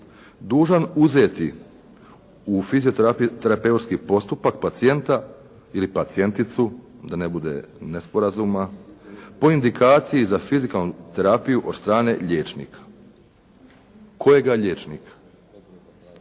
dužan uzeti u fizioterapeutski postupak pacijenta ili pacijenticu, da ne bude nesporazuma, po indikaciji za fizikalnu terapiju od strane liječnika. Kojega liječnika?